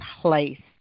place